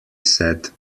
said